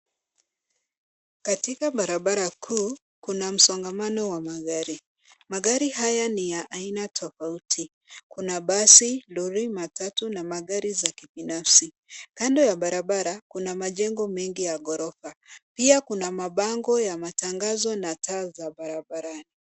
Katika barabara kuu kuna msongamano wa magari. Magari haya ni ya aina tofauti, kuna basi, lori, matatu na magari za kibinafsi. Kando ya barabara kuna majengo mengi ya ghorofa. Pia, kuna mabango ya matangazo na taa za barabarani.